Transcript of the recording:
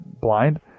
blind